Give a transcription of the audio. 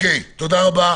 תודה רבה